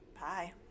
bye